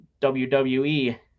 WWE